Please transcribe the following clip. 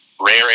rare